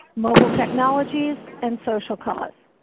mobile technologies, and social cause.